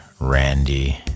Randy